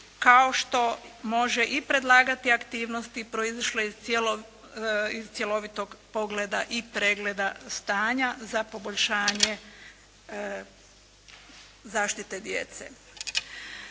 kao što može i predlagati aktivnosti proizišle iz cjelovitog pogleda i pregleda stanja za poboljšanje zaštite djece.